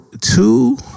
two